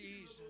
Jesus